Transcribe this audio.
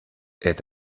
est